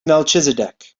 melchizedek